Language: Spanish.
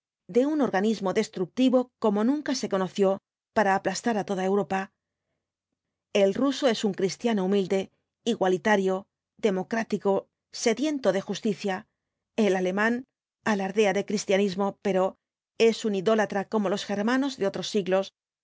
de un organismo destructivo como nunca se conoció para aplastar á toda europa el niso es un cristiano humilde igualitario democrático sediento de justicia el alemán alardea de cristianismo pero es un idólatra como los germanos de otros siglos